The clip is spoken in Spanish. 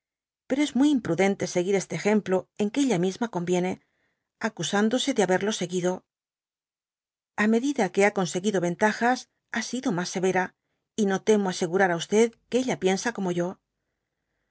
pero es muy imprudente seguir este ejemplo en que ella misma conviene acu sandose de haberlo seguido a medida que ha conseguido ventajas ha sido mas severa y no temo asegurar á que ella piensa como yo